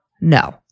No